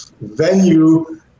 venue